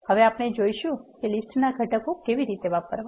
હવે આપણે જોઈશું કે લીસ્ટ ના ઘટકો કેવી રીતે વાપરવા